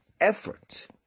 effort